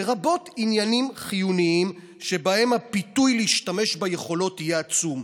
לרבות עניינים חיוניים שבהם הפיתוי להשתמש ביכולות יהיה עצום.